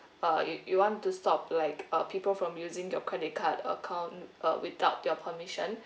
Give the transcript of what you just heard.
uh you you want to stop like uh people from using your credit card account uh without your permission